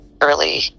early